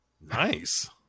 nice